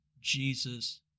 Jesus